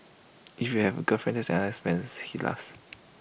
if you have A girlfriend that's another expense he laughs